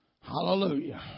Hallelujah